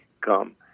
Come